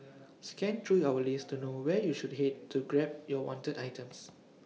scan through our list to know where you should Head to to grab your wanted items